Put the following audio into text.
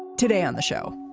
today on the show.